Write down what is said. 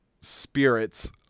spirits